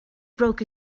broke